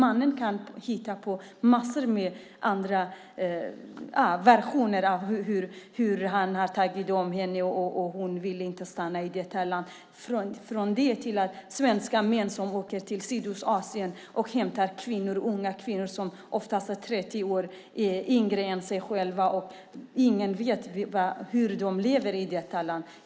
Mannen kan hitta på massor av versioner på hur han har tagit hand om henne, och hon vill inte stanna i detta land. Dessutom finns det svenska män som åker till Sydostasien och hämtar unga kvinnor som oftast är 30 år yngre än männen. Ingen vet hur de lever i detta land.